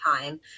time